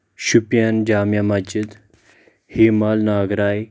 شُپین جامعہٕ مسجِد ہی مال ناگ راے